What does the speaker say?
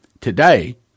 Today